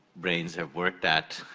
brains have worked at,